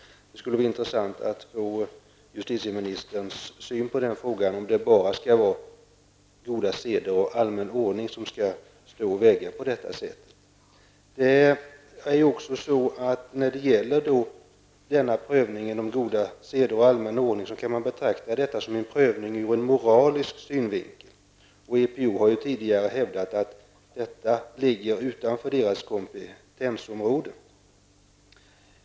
Det skulle vara intressant att få justitieministerns syn på frågan om det bara skall vara goda seder och allmän ordning som skall vara avgörande i ett sådant fall. En sådan prövning kan man betrakta som en prövning ur moralisk synvinkel. EPO har tidigare hävdat att detta ligger utanför dess kompetensområde.